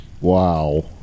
Wow